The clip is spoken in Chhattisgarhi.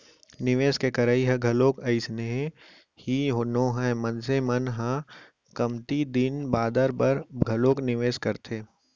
निवेस के करई ह घलोक अइसने ही नोहय मनसे मन ह कमती दिन बादर बर घलोक निवेस करथे